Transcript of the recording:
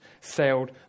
sailed